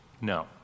No